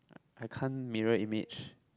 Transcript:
I can't mirror image